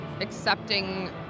accepting